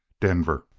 denver!